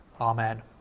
Amen